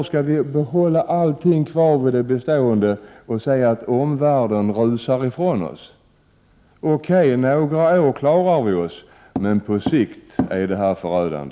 Skall vi envist hålla kvar vid det bestående och se att omvärlden rusar ifrån oss, så okej — några år klarar vi oss. Men på sikt är det förödande.